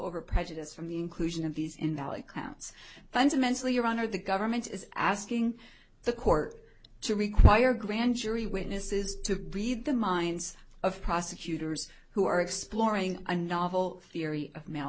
over prejudice from the inclusion of these in the accounts fundamentally your honor the government is asking the court to require grand jury witnesses to read the minds of prosecutors who are exploring a novel theory of ma